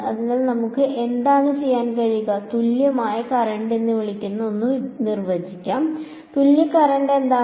അതിനാൽ നമുക്ക് എന്താണ് ചെയ്യാൻ കഴിയുക തുല്യമായ കറന്റ് എന്ന് വിളിക്കുന്ന ഒന്ന് നിർവചിക്കാം തുല്യ കറന്റ് എന്താണ്